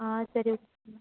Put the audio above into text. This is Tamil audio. ஆ சரி ஓகே